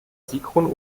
sigrun